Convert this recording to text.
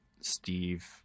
Steve